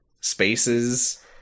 spaces